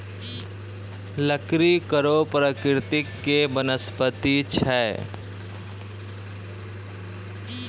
लकड़ी कड़ो प्रकृति के वनस्पति छै